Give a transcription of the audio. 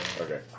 Okay